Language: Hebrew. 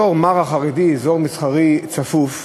אזור חרדי, אזור מסחרי צפוף,